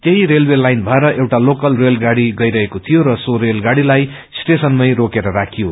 त्यही railway line भएर एउटा लोकल रेलगाइँग गइरहेको थियो र सो रेलगाइँलाई स्टेशनमै रोकेर राखियो